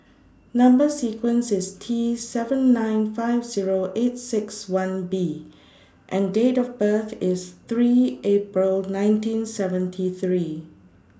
Number sequence IS T seven nine five Zero eight six one B and Date of birth IS three April nineteen seventy three